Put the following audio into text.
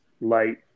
light